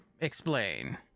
Explain